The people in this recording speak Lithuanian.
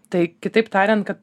tai kitaip tariant kad